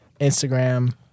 Instagram